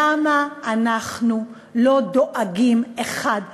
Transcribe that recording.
למה אנחנו לא דואגים האחד לשני?